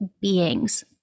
beings